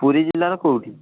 ପୁରୀ ଜିଲ୍ଲାର କେଉଁଠି